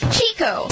Chico